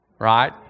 Right